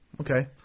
okay